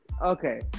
okay